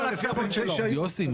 יוסי,